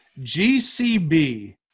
GCB